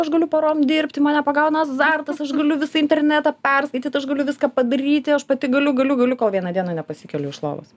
aš galiu parom dirbt mane pagauna azartas aš galiu visą internetą perskaityt aš galiu viską padaryti aš pati galiu galiu galiu kol vieną dieną nepasikeliu iš lovos